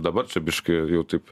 dabar čia biškį jau taip